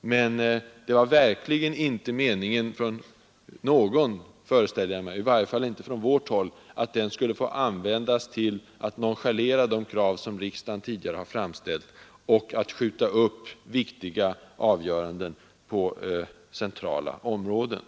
men det var verkligen inte meningen att den skulle få användas till att nonchalera de krav som riksdagen tidigare har framfört och skjuta upp viktiga avgöranden på centrala områden.